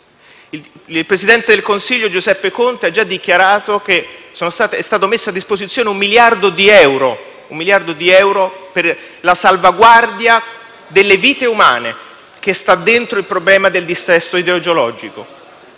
Il presidente del Consiglio Giuseppe Conte ha già dichiarato che è stato messo a disposizione un miliardo di euro per la salvaguardia delle vite umane, che sta dentro al problema del dissesto idrogeologico.